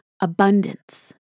abundance